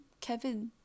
kevin